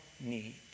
need